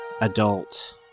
adult